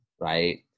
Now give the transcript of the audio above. right